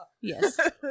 yes